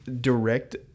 direct